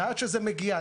ועד שזה מגיע,